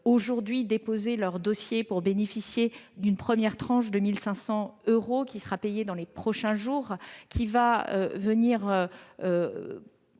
maintenant déposer leur dossier pour bénéficier d'une première tranche de 1 500 euros, qui sera payée dans les prochains jours. Elle